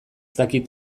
dakit